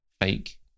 fake